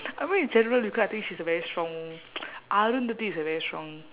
I mean in general because I think she's a very strong arundhati is a very strong